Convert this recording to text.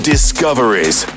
Discoveries